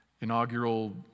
inaugural